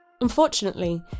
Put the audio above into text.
Unfortunately